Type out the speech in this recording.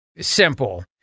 simple